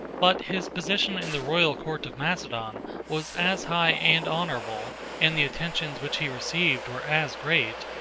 but his position in the royal court of macedon was as high and honorable, and the attentions which he received were as great,